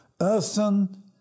earthen